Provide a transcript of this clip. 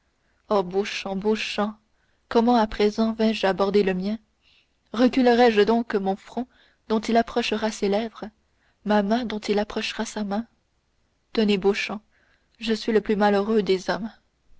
père oh beauchamp beauchamp comment à présent vais-je aborder le mien reculerai je donc mon front dont il approchera ses lèvres ma main dont il approchera sa main tenez beauchamp je suis le plus malheureux des hommes